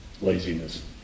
Laziness